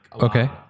Okay